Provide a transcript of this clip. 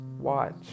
watch